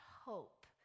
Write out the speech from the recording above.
hope